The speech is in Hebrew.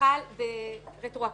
חל רטרואקטיבית.